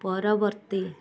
ପରବର୍ତ୍ତୀ